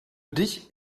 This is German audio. dich